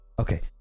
Okay